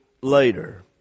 later